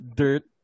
dirt